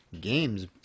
games